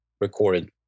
recorded